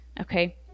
okay